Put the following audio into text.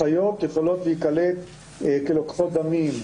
אחיות יכולות להיקלט כלוקחות דמים,